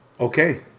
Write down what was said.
Okay